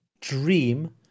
dream